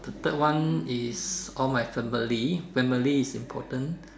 the third one is all my family family is important